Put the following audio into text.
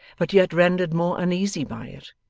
but yet rendered more uneasy by it,